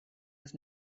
was